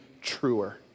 truer